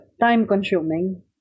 time-consuming